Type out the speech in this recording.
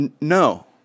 no